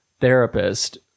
therapist